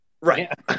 Right